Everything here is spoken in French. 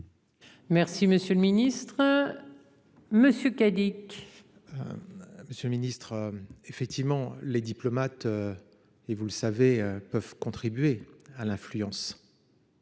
Merci, monsieur le Ministre. Monsieur K. Dick. Monsieur le Ministre, effectivement les diplomates. Et vous le savez peuvent contribuer à l'influence.